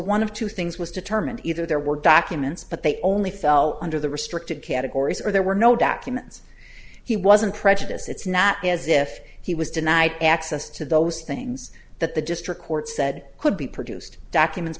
one of two things was determined either there were documents but they only fell under the restricted categories or there were no documents he wasn't prejudice it's not as if he was denied access to those things that the district court said could be produced documents